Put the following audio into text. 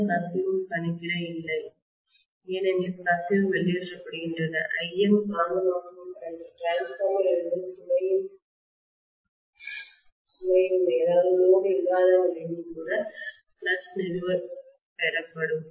எந்தக் கசிவும் கணக்கிட இல்லை ஏனெனில் கசிவு வெளியேற்றப்படுகின்றன Im காந்தமாக்கும் கரண்ட் டிரான்ஸ்பார்மரிலிருந்து சுமையின்மைலோடு இல்லாத நிலையில் கூட ஃப்ளக்ஸ் நிறுவ பெறப்படும்